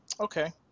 Okay